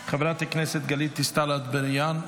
חברת הכנסת גלית דיסטל אטבריאן,